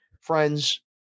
friends